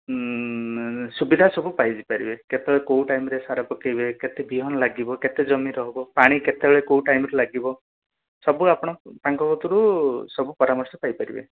ସୁବିଧା ସବୁ ପାଇପାରିବେ କେତେବେଳେ କୋଉ ଟାଇମ୍ରେ ସାର ପକେଇବେ କେତେ ବିହନ ଲାଗିବ କେତେ ଜମିରେ ହେବ ପାଣି କେତବେଳେ କେଉଁ ଟାଇମ୍ରେ ଲାଗିବ ସବୁ ଆପଣ ତାଙ୍କ କତିରୁ ସବୁ ପରାମର୍ଶ ପାଇପାରିବେ